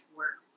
work